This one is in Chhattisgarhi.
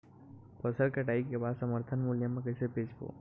फसल कटाई के बाद समर्थन मूल्य मा कइसे बेचबो?